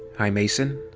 hi, mason.